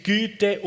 Güte